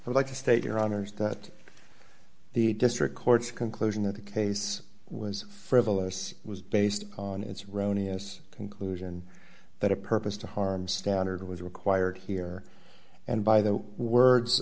for like to state your honors that the district court's conclusion that the case was frivolous was based on its rony years conclusion that a purpose to harm standard was required here and by the words